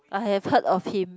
I have heard of him